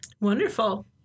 Wonderful